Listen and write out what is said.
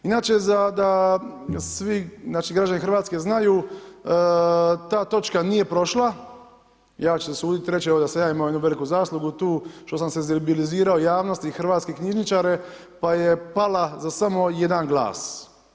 Inače da svi građani Hrvatske znaju, ta točka nije prošla, ja ću se usuditi reći da sam ja imao jednu veliku zaslugu tu što sam senzibilizirao javnost i hrvatske knjižničare pa je pala za samo jedan glas.